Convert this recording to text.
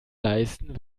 leisten